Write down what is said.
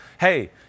Hey